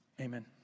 amen